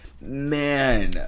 man